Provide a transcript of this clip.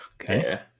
Okay